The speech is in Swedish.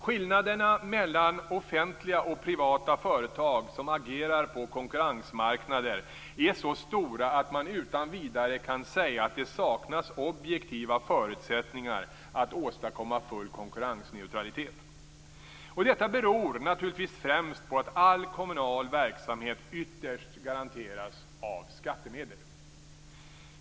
Skillnaderna mellan offentliga och privata företag som agerar på konkurrensmarknader är så stora att man utan vidare kan säga att det saknas objektiva förutsättningar att åstadkomma full konkurrensneutralitet. Detta beror naturligtvis främst på att all kommunal verksamhet ytterst garanteras av skattemedel.